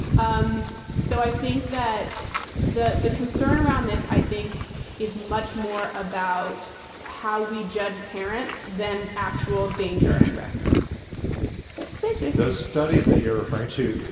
um so i think that the the concern around this, i think is much more about how we judge parents than actual danger and risk but fisher, those studies that you're referring to,